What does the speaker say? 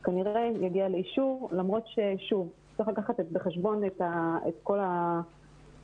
שהדבר כנראה יגיע לאישור למרות שצריך לקחת בחשבון את כל הדבר